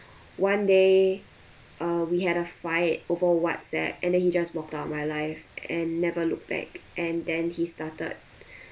one day uh we had a fight over Whatsapp and then he just walked out of my life and never looked back and then he started